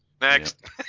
next